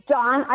John